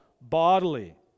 bodily